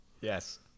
Yes